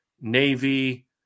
Navy